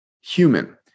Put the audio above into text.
human